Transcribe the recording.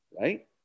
right